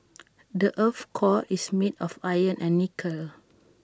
the Earth's core is made of iron and nickel